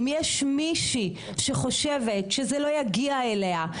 אם יש מישהי שחושבת שזה לא יגיע אליה,